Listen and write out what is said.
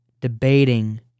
debating